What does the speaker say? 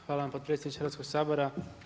Hvala vam potpredsjedniče Hrvatskog sabora.